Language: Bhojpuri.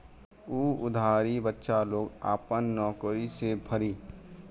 उ उधारी बच्चा लोग आपन नउकरी से भरी